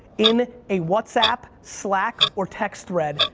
in a whatsapp, slack or text thread,